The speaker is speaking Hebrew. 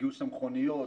גיוס המכוניות,